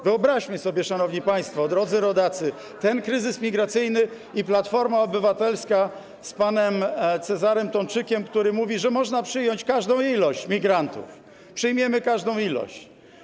Wyobraźmy sobie, szanowni państwo, drodzy rodacy, ten kryzys migracyjny i Platformę Obywatelską z panem Cezarym Tomczykiem, który mówi, że można przyjąć każdą ilość migrantów, że przyjmiemy każdą ilość.